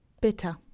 Bitter